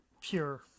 pure